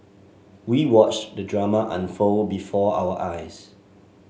we watched the drama unfold before our eyes